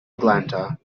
atlanta